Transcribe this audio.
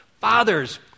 fathers